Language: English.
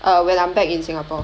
err when I'm back in singapore